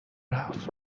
رفت